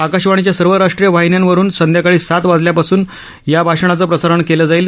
आकाशवाणीच्या सर्व राष्ट्रीय वाहिन्यांवरुन संध्याकाळी सात वाजल्यापासून या भाषणाचं प्रसारण केलं जाईल